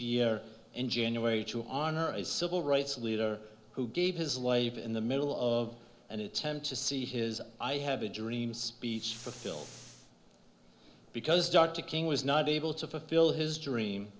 year in january to honor a civil rights leader who gave his life in the middle of an attempt to see his i have a dream speech for phil because dr king was not able to fulfill his dream